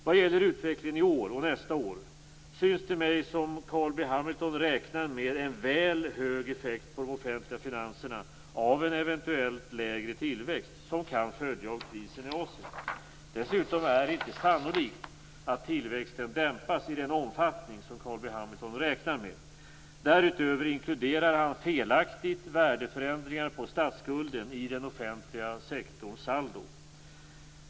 Vad gäller utvecklingen i år och nästa år synes det mig som om Carl B Hamilton räknar med en väl hög effekt på de offentliga finanserna av en eventuell lägre tillväxt som kan följa av krisen i Asien. Dessutom är det inte sannolikt att tillväxten dämpas i den omfattning som Carl B Hamilton räknar med. Därutöver inkluderar han felaktigt värdeförändringar på statsskulden i den offentliga sektorns saldo.